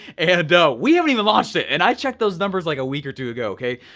and we haven't even launched it. and i checked those numbers like a week or two ago, okay.